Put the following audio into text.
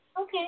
Okay